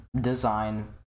design